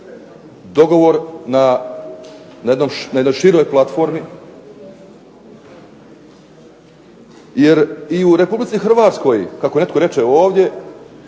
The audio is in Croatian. dogovor na jednoj široj platformi. Jer i u Republici Hrvatskoj, kako netko reče ovdje,